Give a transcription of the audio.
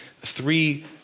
three